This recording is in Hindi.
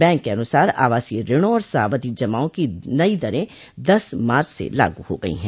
बैंक के अनुसार आवासीय ऋणों और सावधि जमाओं की नई दरें दस मार्च से लागू हो गई हैं